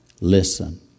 Listen